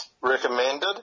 recommended